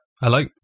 Hello